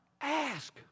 ask